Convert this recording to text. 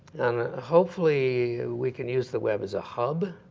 and hopefully, we can use the web as a hub.